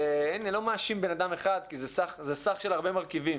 לא מאשים בן אדם אחד, כי זה סך של הרבה מרכיבים.